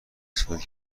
استفاده